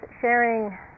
sharing